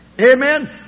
Amen